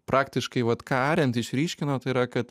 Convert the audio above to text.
praktiškai vat ką arent išryškino tai yra kad